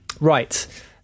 right